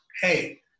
hey